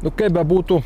nu kaip bebūtų